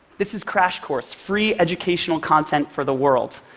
this is crash course free educational content for the world.